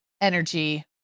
energy